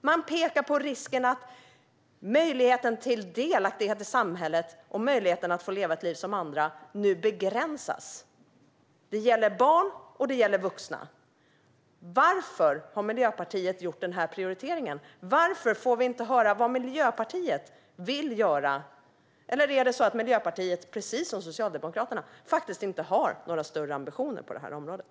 Det pekas på riskerna för att möjligheten till delaktighet i samhället och att få leva ett liv som andra nu begränsas. Det gäller både barn och vuxna. Varför har Miljöpartiet gjort denna prioritering? Varför får vi inte höra vad Miljöpartiet vill göra? Eller har Miljöpartiet precis som Socialdemokraterna inte några större ambitioner på området?